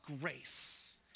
grace